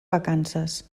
vacances